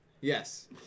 Yes